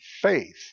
faith